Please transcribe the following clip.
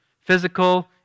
Physical